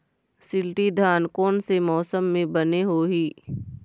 शिल्टी धान कोन से मौसम मे बने होही?